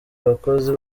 abakozi